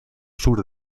sur